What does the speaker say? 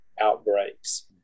outbreaks